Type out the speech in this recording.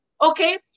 Okay